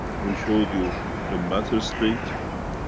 we showed you the matter state,